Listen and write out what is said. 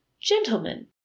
Gentlemen